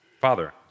father